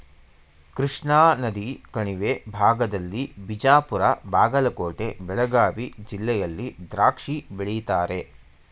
ಕೃಷ್ಣಾನದಿ ಕಣಿವೆ ಭಾಗದಲ್ಲಿ ಬಿಜಾಪುರ ಬಾಗಲಕೋಟೆ ಬೆಳಗಾವಿ ಜಿಲ್ಲೆಯಲ್ಲಿ ದ್ರಾಕ್ಷಿ ಬೆಳೀತಾರೆ